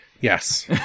yes